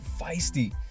feisty